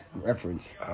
reference